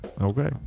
Okay